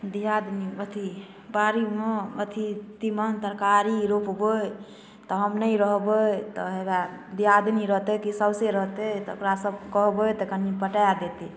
दिआदनी अथी बाड़ीमे अथी तीमन तरकारी रोपबै तऽ हम नहि रहबै तऽ हेबे दिआदनी रहतै कि साउसे रहतै तऽ ओकरासँ कहबै तऽ कनि पटा देतै